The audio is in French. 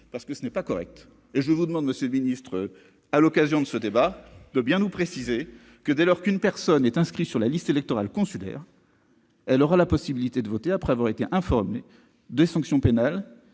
donc de ce débat pour vous demander, monsieur le secrétaire d'État, de bien nous préciser que, dès lors qu'une personne est inscrite sur la liste électorale consulaire, elle aura la possibilité de voter après avoir été informée des sanctions pénales